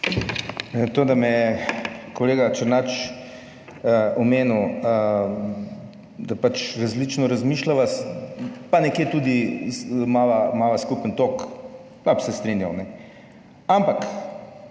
to, da me je kolega Černač omenil. Da pač različno razmišljava, pa nekje tudi imava, imava skupen tok, pa bi se strinjal. Ampak